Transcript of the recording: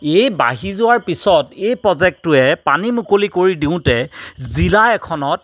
এই বাঢ়ি যোৱাৰ পিছত এই প্ৰজেক্টটোৱে পানী মুকলি কৰি দিওঁতে জিলা এখনত